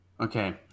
Okay